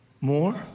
More